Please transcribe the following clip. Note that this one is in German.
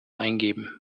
eingeben